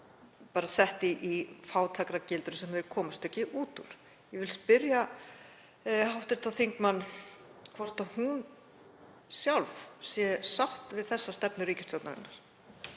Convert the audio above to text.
eru sett í fátæktargildru sem þau komast ekki út úr. Ég vil spyrja hv. þingmann hvort hún sjálf sé sátt við þessa stefnu ríkisstjórnarinnar?